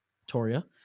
Victoria